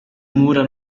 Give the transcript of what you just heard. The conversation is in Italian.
mura